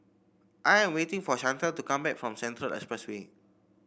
I am waiting for Shantel to come back from Central Expressway